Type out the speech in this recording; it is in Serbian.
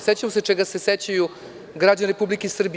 Sećamo se čega se sećaju i građani Republike Srbije.